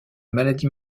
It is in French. maladie